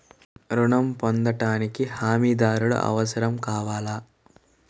ఋణం పొందటానికి హమీదారుడు అవసరం కావాలా?